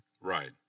right